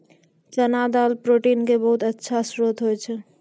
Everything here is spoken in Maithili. चना दाल प्रोटीन के बहुत अच्छा श्रोत होय छै